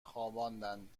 خواباندند